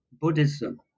Buddhism